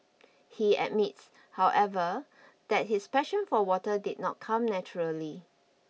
he admits however that his passion for water did not come naturally